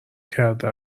کرده